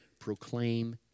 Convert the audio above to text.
proclaim